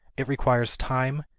it requires time,